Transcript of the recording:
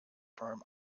firm